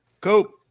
Go